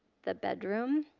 the bedroom,